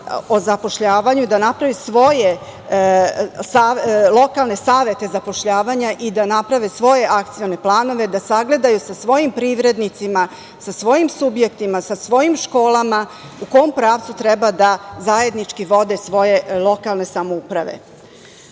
o zapošljavanju i da naprave svoje lokalne savete zapošljavanja i da naprave svoje akcione planove, da sagledaju sa svojim privrednicima, sa svojim subjektima, sa svojim školama, u kom pravcu treba da zajednički vode svoje lokalne samouprave. Što